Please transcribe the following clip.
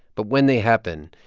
but when they happen,